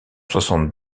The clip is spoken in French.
soixante